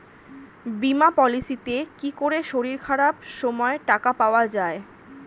বীমা পলিসিতে কি করে শরীর খারাপ সময় টাকা পাওয়া যায়?